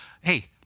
Hey